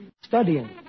studying